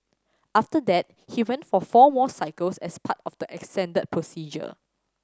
after that he went for four more cycles as part of the procedure